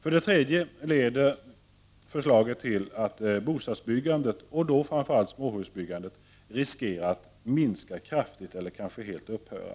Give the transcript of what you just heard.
För det tredje leder förslagen till att bostadsbyggandet — framför allt småhusbyggandet — riskerar att minska kraftigt eller kanske helt upphöra.